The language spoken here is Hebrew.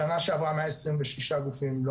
בשנה שעברה מאה עשרים ושישה גופים לא